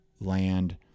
land